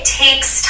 takes